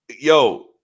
yo